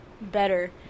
Better